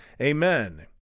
amen